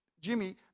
Jimmy